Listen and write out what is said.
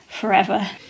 forever